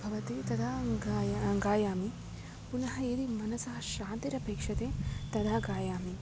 भवति तदा गाय् गायामि पुनः यदि मनसः शान्तिरपेक्षते तदा गायामि